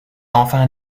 enfin